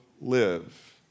live